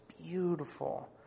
beautiful